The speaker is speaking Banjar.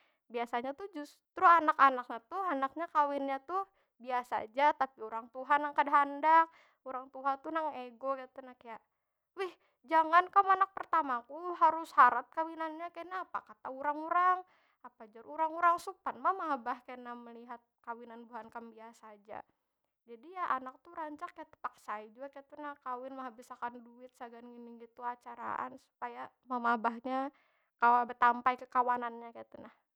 Biasanya tu, justru anak- anaknya tu handaknya tu, kawinnya tu biasa aja, tapi urang tuha nang kada handak. Urang tuha tu nang ego kaytu na. Kaya, wih jangan ka anak pertamaku harus harat kawinannya kena apa kata urang- urang? Apa jar urang- urang? Supan mama abah kena meliaht kawinan buhan kam biasa aja. Jadi ya anak tu rancak kaya tepaksa ai jua kaytu nah kawin mehabisakan duit sagan gini- gitu acaraan. Supaya mama abahnya kawa betampai ke kawanannya kaytu nah.